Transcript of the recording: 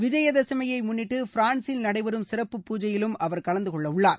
விஜயதசமியை முன்னிட்டு பிரான்ஸில் நடைபெறும் சிறப்பு பூஜையிலும் அவர் கலந்தகொள்ள உள்ளார்